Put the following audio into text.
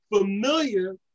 familiar